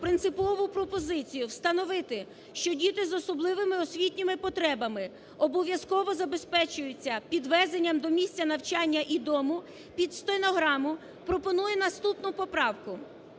принципову пропозицію встановити, що діти з особливими освітніми потребами обов'язково забезпечуються підвезенням до місця навчання і дому, під стенограму, пропоную наступну поправку.